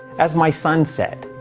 as my son said,